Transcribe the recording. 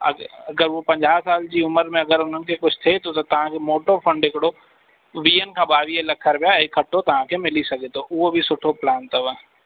अग अगरि हू पंजाह साल जी उमिरि में अगरि उन्हनि खे कुझु थिए थो तव्हांखे मोटो फंड हिकिड़ो वीहनि खां ॿावीह लख रुपया इकठो तव्हांखे मिली सघे थो उहो बि सुठो प्लान अथव